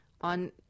on